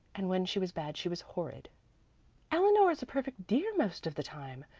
and when she was bad she was horrid eleanor is a perfect dear most of the time.